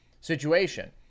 situation